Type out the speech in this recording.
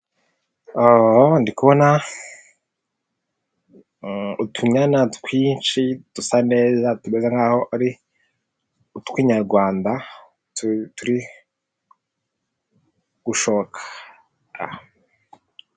Ndi kubona utunyana twinshi dusa neza tumeze nk'aho ari utw'inyarwanda turi gusho.